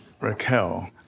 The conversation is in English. Raquel